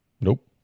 Nope